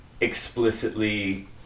explicitly